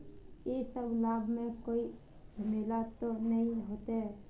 इ सब लाभ में कोई झमेला ते नय ने होते?